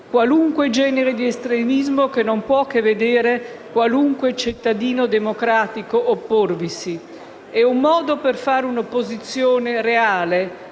qualunque genere di estremismo che non può che vedere qualunque cittadino democratico opporvisi. E un modo per fare un'opposizione reale,